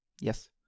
Yes